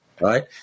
right